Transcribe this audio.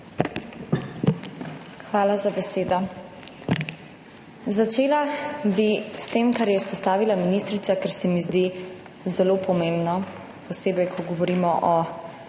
Hvala za besedo. Začela bi s tem, kar je izpostavila ministrica, ker se mi zdi zelo pomembno, posebej ko govorimo o